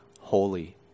holy